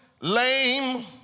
lame